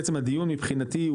בעצם הדיון מבחינתי,